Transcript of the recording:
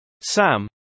Sam